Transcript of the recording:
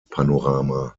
panorama